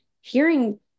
hearing